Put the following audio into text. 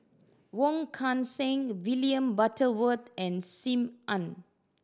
Wong Kan Seng William Butterworth and Sim Ann